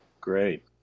Great